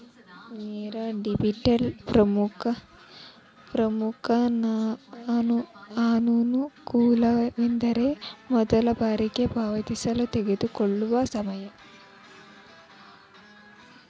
ನೇರ ಡೆಬಿಟ್ನ ಪ್ರಮುಖ ಅನಾನುಕೂಲವೆಂದರೆ ಮೊದಲ ಬಾರಿಗೆ ಪಾವತಿಸಲು ತೆಗೆದುಕೊಳ್ಳುವ ಸಮಯ